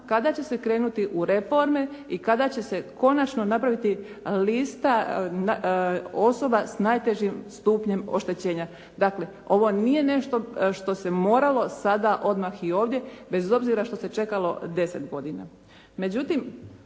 kada će se krenuti u reforme i kada će se konačno napraviti lista osoba s najtežim stupnjem oštećenja. Dakle, ovo nije nešto što se moralo sada, odmah i ovdje, bez obzira što se čekalo 10 godina.